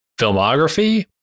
filmography